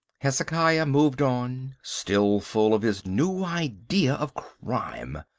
hezekiah moved on, still full of his new idea of crime.